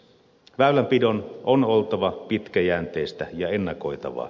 väylänpidon on oltava pitkäjänteistä ja ennakoitavaa